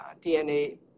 DNA